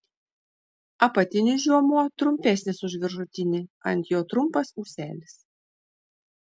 apatinis žiomuo trumpesnis už viršutinį ant jo trumpas ūselis